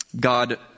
God